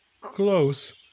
close